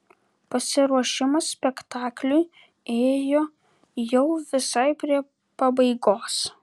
pasiruošimas spektakliui ėjo jau visai prie pabaigos